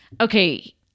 Okay